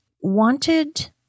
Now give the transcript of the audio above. wanted